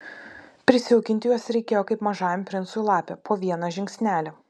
prisijaukinti juos reikėjo kaip mažajam princui lapę po vieną žingsnelį